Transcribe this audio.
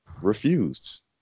refused